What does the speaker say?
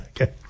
Okay